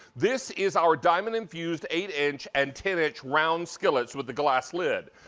this is our diamond infused eight inch and ten inch around skillets with a glass lid.